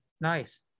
Nice